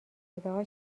صداها